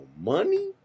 money